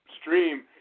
stream